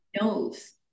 knows